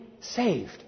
saved